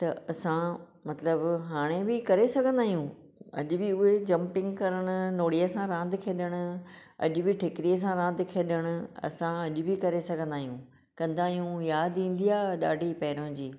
त असां मतिलबु हाणे बि करे सघंदा आहियूं अॼु बि उहे जम्पिंग करण नोड़ीअ सां रांदि खेॾण अॼु बि ठीकरीअ सां रांदि खेॾण असां अॼु बि करे सघंदा आहियूं कंदा आहियूं याद ईंदी आहे ॾाढी पहिरों जी